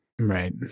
right